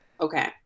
Okay